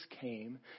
came